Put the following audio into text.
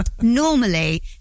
Normally